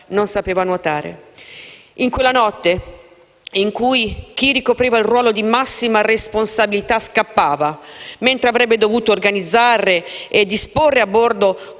non sapeva nuotare.